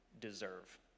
deserve